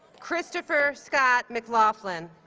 christopher scott mclaughlin